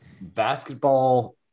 basketball